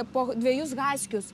po dvejus haskius